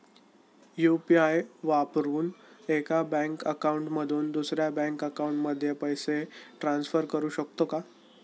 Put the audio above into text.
UPI वापरून एका bank account मधून दुसऱ्या बँक अकाउंटमध्ये पैसे ट्रान्सफर करू शकतो का?